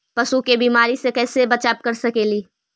पशु के बीमारी से कैसे बचाब कर सेकेली?